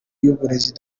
y’uburezi